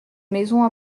maison